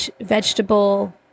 vegetable